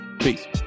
Peace